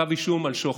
כתב אישום על שוחד.